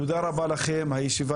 תודה רבה לכם, הישיבה